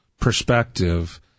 perspective